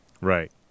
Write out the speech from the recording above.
right